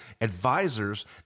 advisors